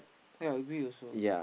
yea I agree also